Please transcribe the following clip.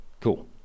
Cool